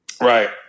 Right